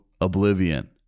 oblivion